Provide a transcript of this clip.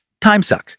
timesuck